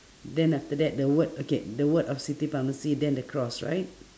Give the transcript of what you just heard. then after that the word okay the word of city pharmacy then the cross right